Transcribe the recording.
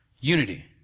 Unity